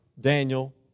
Daniel